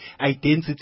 identity